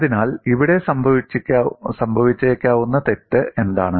അതിനാൽ ഇവിടെ സംഭവിച്ചേക്കാവുന്ന തെറ്റ് എന്താണ്